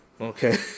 okay